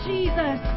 Jesus